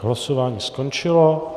Hlasování skončilo.